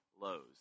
lows